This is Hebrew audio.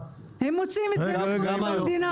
גם היום,